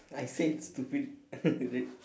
I said stupid